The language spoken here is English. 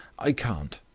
i can't.